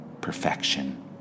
perfection